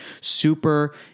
super